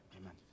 Amen